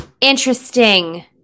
Interesting